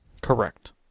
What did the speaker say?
Correct